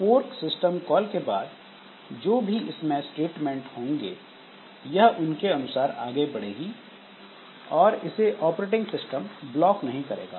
fork system call के बाद जो भी इसमें स्टेटमेंट होंगे यह उनके अनुसार आगे बढ़ेगी और इसे ऑपरेटिंग सिस्टम ब्लॉक नहीं करेगा